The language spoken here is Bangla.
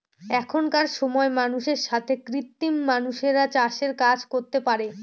এখনকার সময় মানুষের সাথে কৃত্রিম মানুষরা চাষের কাজ করতে পারে